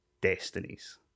Destinies